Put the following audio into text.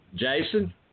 Jason